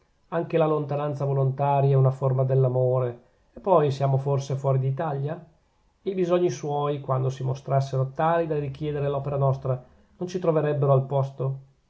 anche la lontananza volontaria è una forma dell'amore e poi siamo forse fuori d'italia e i bisogni suoi quando si mostrassero tali da richiedere l'opera nostra non ci troverebbero al posto